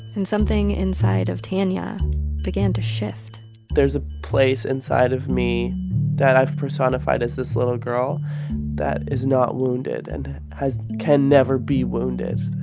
and something inside of tanya began to shift there's a place inside of me that i've personified as this little girl that is not wounded and has can never be wounded.